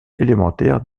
élémentaire